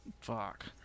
Fuck